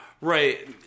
Right